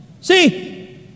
See